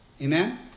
Amen